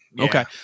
okay